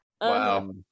Wow